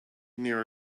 near